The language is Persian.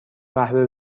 قهوه